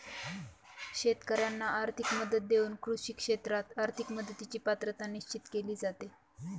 शेतकाऱ्यांना आर्थिक मदत देऊन कृषी क्षेत्रात आर्थिक मदतीची पात्रता निश्चित केली जाते